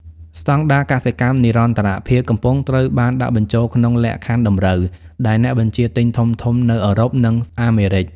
ស្ដង់ដារកសិកម្មនិរន្តរភាពកំពុងត្រូវបានដាក់បញ្ចូលក្នុងលក្ខខណ្ឌតម្រូវនៃអ្នកបញ្ជាទិញធំៗនៅអឺរ៉ុប និងអាមេរិក។